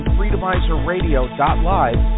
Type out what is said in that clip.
FreedomizerRadio.live